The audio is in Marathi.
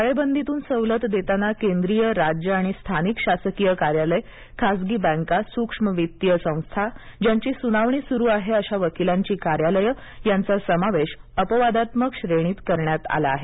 टाळेबंदीतून सवलत देताना केंद्रीय राज्य आणि स्थानिक शासकीय कार्यालय खाजगी बँका सूक्ष्म वित्तीय संस्था ज्यांची सुनावणी सुरू आहे अशा वकिलांची कार्यालयं यांचा समावेश अपवादात्मक श्रेणीत करण्यात आला आहे